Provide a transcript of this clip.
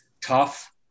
tough